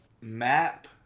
Map